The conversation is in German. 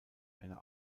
einer